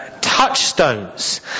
touchstones